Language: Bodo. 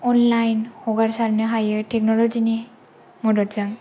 अनलाइन हगारसारनो हायो टेक्न'लजि नि मददजों